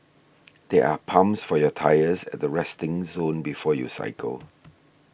there are pumps for your tyres at the resting zone before you cycle